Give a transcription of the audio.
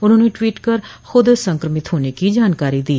उन्होंने ट्वीट कर खुद संक्रमित होने की जानकारी दी